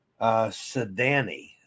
Sedani